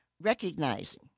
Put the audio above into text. recognizing